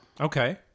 Okay